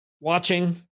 watching